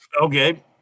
Okay